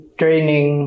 training